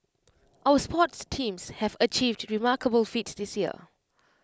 our sports teams have achieved remarkable feats this year